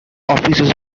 offices